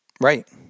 Right